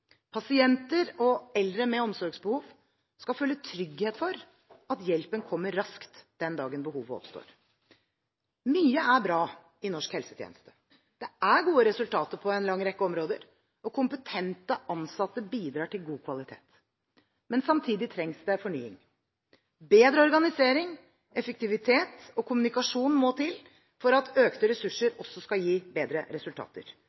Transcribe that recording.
Pasienter og eldre med omsorgsbehov skal føle trygghet for at hjelpen kommer raskt den dagen behovet oppstår. Mye er bra i norsk helsetjeneste. Det er gode resultater på en lang rekke områder, og kompetente ansatte bidrar til god kvalitet. Samtidig trengs det fornying. Bedre organisering, effektivitet og kommunikasjon må til for at økte ressurser også skal gi bedre resultater.